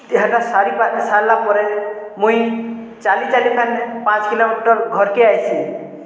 ହେଟା ସାରିଲା ପରେ ମୁଇଁ ଚାଲିଚାଲି ଫେନ୍ ପାଞ୍ଚ୍ କିଲୋମିଟର୍ ଘର୍କେ ଆଏସିଁ